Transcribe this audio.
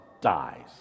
dies